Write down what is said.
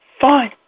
Fine